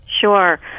Sure